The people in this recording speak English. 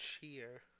cheer